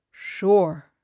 Sure